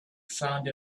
found